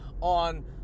on